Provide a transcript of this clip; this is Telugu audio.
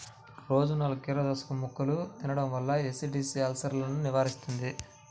రోజూ నాలుగు కీరదోసముక్కలు తినడం వల్ల ఎసిడిటీ, అల్సర్సను నివారిస్తుంది